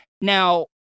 now